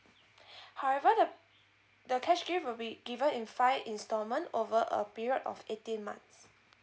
however the cash gift will be given in five installment over a period of eighteen months